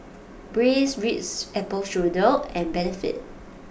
Breeze Ritz Apple Strudel and Benefit